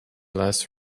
less